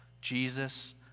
Jesus